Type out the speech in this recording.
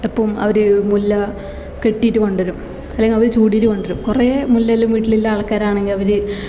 അപ്പം അവർ മുല്ല കെട്ടീട്ട് കൊണ്ടരും അല്ലെങ്കിൽ അവർ ചുടീട്ട് കൊണ്ടരും കുറെ മുല്ലേല്ലാം വീട്ടിലുള്ള ആൾക്കാരാണെങ്കിൽ അവർ